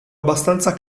abbastanza